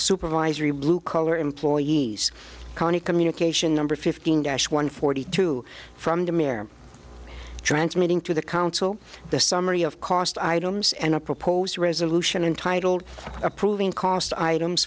supervisory blue collar employees county communication number fifteen dash one forty two from des mer transmitting to the council the summary of cost items and a proposed resolution entitled approving cost items